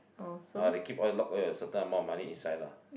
uh they keep all lock all your certain amount of money inside lah